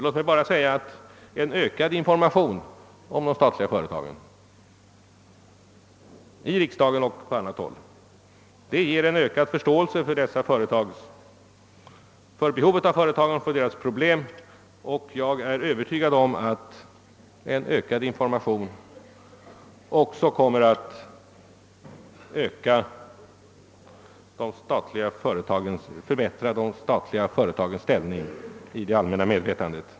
Låt mig nu bara säga att en ökad information om de statliga företagen, i riksdagen och på annat håll, ger ökad förståelse för företagens behov och problem. Jag är övertygad om att en ökad information också kommer att förbättra de statliga företagens ställning i det allmänna medvetandet.